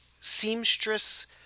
Seamstress